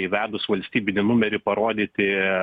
įvedus valstybinį numerį parodyti